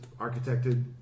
architected